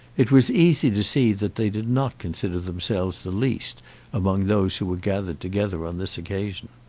it was easy to see that they did not consider themselves the least among those who were gathered together on this occasion.